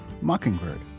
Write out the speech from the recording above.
Mockingbird